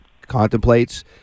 contemplates